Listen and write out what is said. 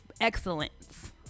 Excellence